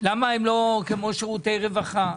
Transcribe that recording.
למה הם לא כמו שירותי רווחה.